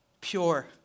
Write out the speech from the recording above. pure